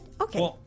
Okay